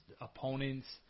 opponents